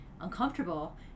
uncomfortable